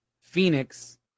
Phoenix